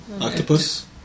octopus